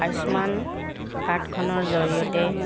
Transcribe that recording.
আয়ুষ্মান কাৰ্ডখনৰ জৰিয়তে